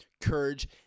courage